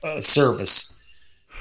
service